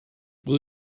will